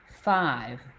five